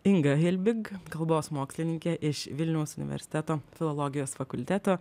inga hilbig kalbos mokslininkė iš vilniaus universiteto filologijos fakulteto